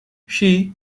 she